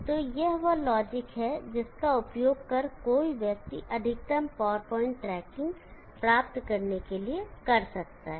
तो यह वह लॉजिक है जिसका उपयोग कोई व्यक्तिअधिकतम पावर पॉइंट ट्रैकिंग प्राप्त करने के लिए कर सकता हैं